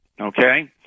okay